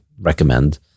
recommend